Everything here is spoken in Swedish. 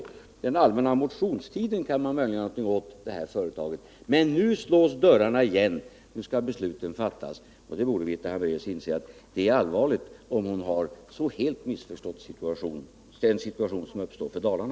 Under den allmänna motionstiden kan man möjligen göra något åt detta företag. Men nu slås dörrarna igen. Nu skall beslutet fattas, och det är allvarligt om Birgitta Hambraeus så helt har missförstått den situation som härigenom uppstår för Dalarna.